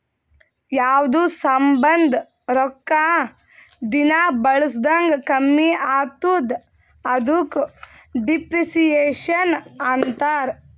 ಯಾವ್ದು ಸಾಮಾಂದ್ ರೊಕ್ಕಾ ದಿನಾ ಬಳುಸ್ದಂಗ್ ಕಮ್ಮಿ ಆತ್ತುದ ಅದುಕ ಡಿಪ್ರಿಸಿಯೇಷನ್ ಅಂತಾರ್